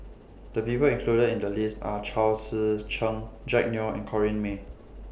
The People included in The list Are Chao Tzee Cheng Jack Neo and Corrinne May